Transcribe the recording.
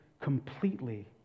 completely